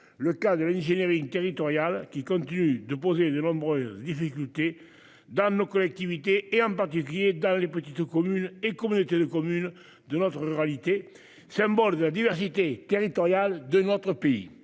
le cas de l'ingénierie une territoriale qui compte du de poser de nombreuses difficultés dans nos collectivités et en particulier dans les petites communes et communautés de communes de notre ruralité, symbole de la diversité territoriale de notre pays.